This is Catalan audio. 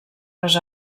les